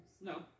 No